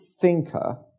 thinker